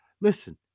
Listen